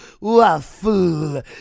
waffle